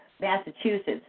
Massachusetts